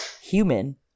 human